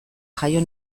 jaio